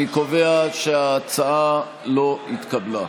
אני קובע שההצעה לא התקבלה.